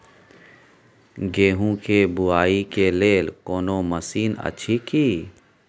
गेहूँ के बुआई के लेल कोनो मसीन अछि की?